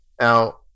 Now